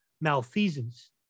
malfeasance